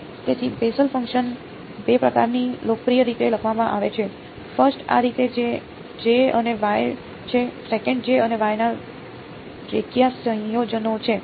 તેથી બેસેલના ફંકશન બે પ્રકારની લોકપ્રિય રીતે લખવામાં આવે છે ફર્સ્ટ આ રીતે જે J અને Y છે સેકંડ J અને Y ના રેખીય સંયોજનો છે